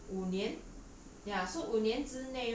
took him around 五年